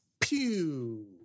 Pew